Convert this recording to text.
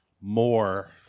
More